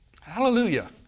Hallelujah